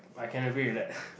I can agree with that